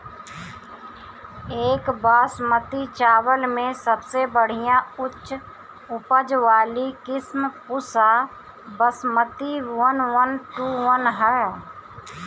एक बासमती चावल में सबसे बढ़िया उच्च उपज वाली किस्म Pusa Basmati one one two one ह?